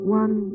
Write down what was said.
one